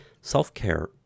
Self-care